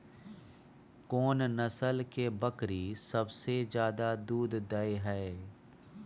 कोन नस्ल के बकरी सबसे ज्यादा दूध दय हय?